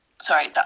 sorry